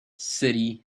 city